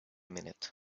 minute